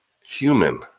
Human